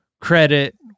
credit